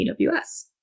AWS